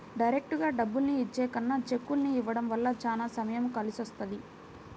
డైరెక్టుగా డబ్బుల్ని ఇచ్చే కన్నా చెక్కుల్ని ఇవ్వడం వల్ల చానా సమయం కలిసొస్తది